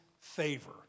favor